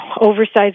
oversized